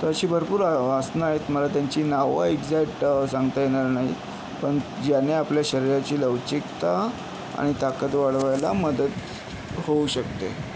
तर अशी भरपूर आसनं आहेत मला त्यांची नावं एक्झॅक्ट सांगता येणार नाहीत पण ज्यांनी आपल्या शरिराची लवचिकता आणि ताकद वाढवायला मदत होऊ शकते